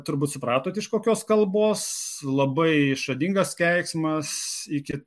turbūt supratot iš kokios kalbos labai išradingas keiksmas iki